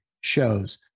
shows